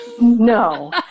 No